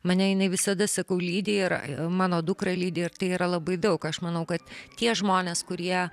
mane jinai visada sakau lydi ir mano dukrą lydi ir tai yra labai daug aš manau kad tie žmonės kurie